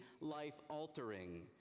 life-altering